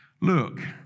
Look